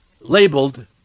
labeled